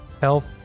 health